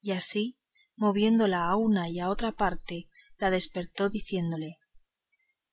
y así moviéndola a una y a otra parte la despertó diciéndole